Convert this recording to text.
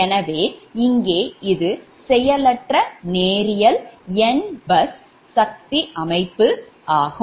எனவே இங்கே இது செயலற்ற நேரியல் n பஸ் சக்தி அமைப்பு நெட்வொர்க் ஆகும்